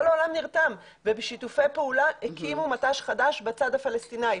העולם נרתם ובשיתופי פעולה הקימו מט"ש חדש בצד הפלסטינאי,